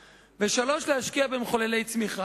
3. להשקיע במחוללי צמיחה.